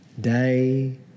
day